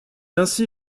ainsi